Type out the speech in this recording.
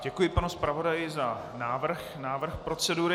Děkuji panu zpravodaji za návrh procedury.